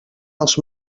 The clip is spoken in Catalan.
els